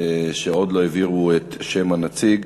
עוד לא העבירו את שם הנציג.